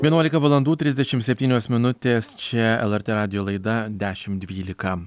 vienuolika valandų trisdešim septynios minutės čia lrt radijo laida dešim dvylika